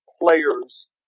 players